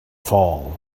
fall